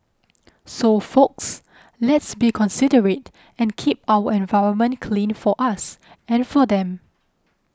so folks let's be considerate and keep our environment clean for us and for them